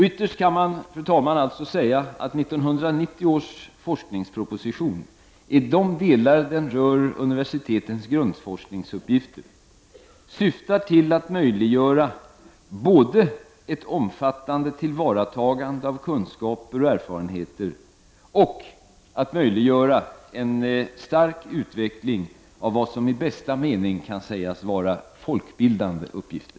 Ytterst kan man, fru talman, säga att 1990 års forskningsproposition i de delar som rör universitetens grundforskningsuppgifter syftar till att möjliggöra både ett omfattande tillvaratagande av kunskaper och erfarenheter och en stark utveckling av vad som i bästa mening kan sägas vara folkbildande uppgifter.